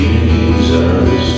Jesus